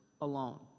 alone